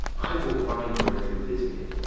i will find where truth is hid,